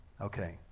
Okay